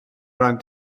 ran